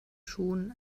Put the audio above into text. schuhen